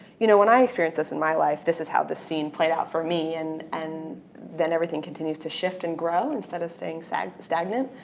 you know when i experienced this in my life this is how this scene played out for me and and then everything continues to shift and grow instead of staying stagnant